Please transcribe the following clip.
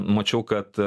mačiau kad